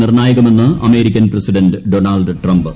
നിർണായകമെന്ന് American president Donald Trump